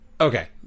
okay